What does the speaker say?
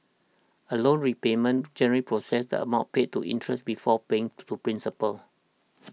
a loan repayment generally processes the amount paid to interest before paying to principal